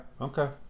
Okay